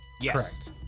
yes